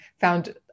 found